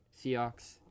Seahawks